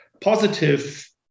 positive